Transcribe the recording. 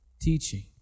teaching